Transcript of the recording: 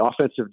offensive